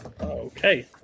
Okay